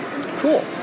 Cool